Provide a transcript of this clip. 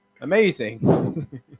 Amazing